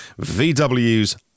VW's